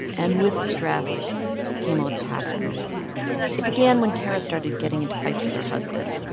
and with stress came old patterns it began when tarra started getting into fights with her husband.